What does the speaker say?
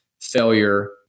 failure